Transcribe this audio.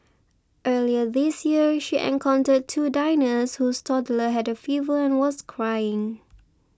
earlier this year she encountered two diners whose toddler had a fever and was crying